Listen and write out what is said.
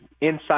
inside